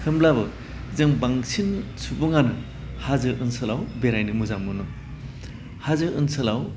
होमब्लाबो जों बांसिन सुबुङानो हाजो ओनसोलाव बेरायनो मोजां मोनो हाजो ओनसोलाव